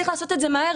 צריך לעשות את זה מהר,